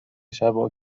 شبا